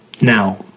now